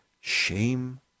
shame